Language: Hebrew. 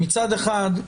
מצד אחד,